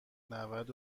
نود